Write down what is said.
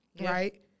right